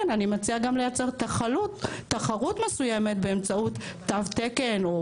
אני גם מציעה לייצר תחרות מסוימת באמצעות תו תקן או